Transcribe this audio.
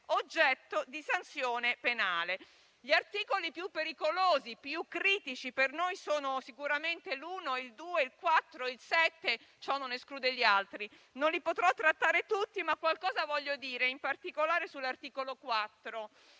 oggetto di sanzione penale. Gli articoli più pericolosi, più critici, per noi sono sicuramente gli articoli 1, 2, 4 e 7, ma ciò non esclude gli altri; non li potrò trattare tutti, ma qualcosa intendo dirla, in particolare sull'articolo 4,